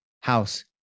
house